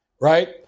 right